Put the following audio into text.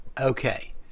Okay